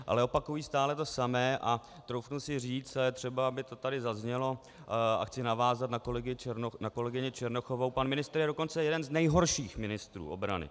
Ale opakují stále to samé a troufnu si říct, a je třeba, aby to tady zaznělo, a chci navázat na kolegyni Černochovou pan ministr je dokonce jeden z nejhorších ministrů obrany.